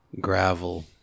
Gravel